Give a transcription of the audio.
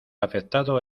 afectado